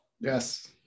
Yes